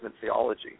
theology